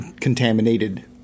contaminated